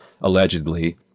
allegedly